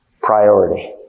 priority